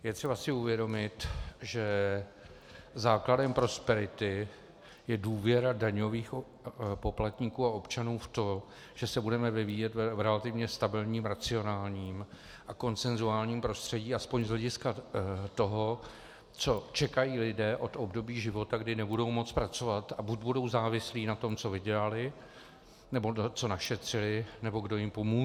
Je třeba si uvědomit, že základem prosperity je důvěra daňových poplatníků a občanů v to, že se budeme vyvíjet v relativně stabilním, racionálním a konsenzuálním prostředí aspoň z hlediska toho, co čekají lidé od období života, kdy nebudou moct pracovat a buď budou závislí na tom, co vydělali, nebo co našetřili, nebo kdo jim pomůže.